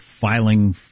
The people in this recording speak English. filing